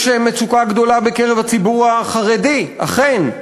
יש מצוקה גדולה בקרב הציבור החרדי, אכן.